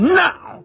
now